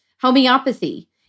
Homeopathy